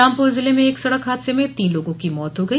रामपुर जिले में एक सड़क हादसे में तीन लोगों की मौत हो गई